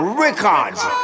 records